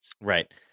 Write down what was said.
Right